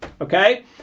Okay